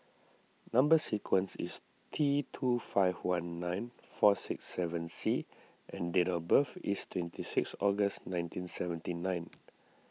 Number Sequence is T two five one nine four six seven C and date of birth is twenty six August nineteen seventy nine